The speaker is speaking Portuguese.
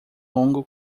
longo